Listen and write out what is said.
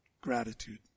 gratitude